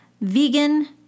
vegan